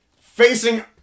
Facing